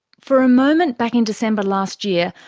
for a moment back in december last year,